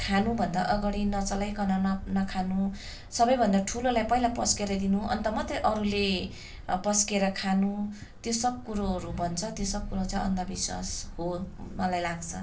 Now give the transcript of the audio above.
खानुभन्दा अगाडि नचलाईकन न नखानु सबैभन्दा ठुलोलाई पहिला पस्केर दिनु अन्त मात्रै अरूले पस्केर खानु त्यो सब कुराहरू भन्छ त्यो सब कुरा चाहिँ अन्धविश्वास हो मलाई लाग्छ